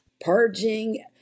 purging